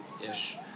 Ish